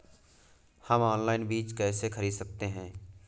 हम ऑनलाइन बीज कैसे खरीद सकते हैं?